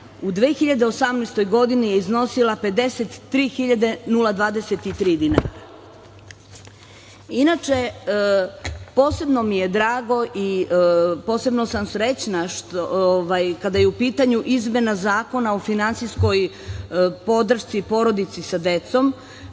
U 2018. godini je iznosila 53.023 dinara. Inače, posebno mi je drago i posebno sam srećna kada je u pitanju izmena Zakona o finansijskoj podršci porodici sa decom,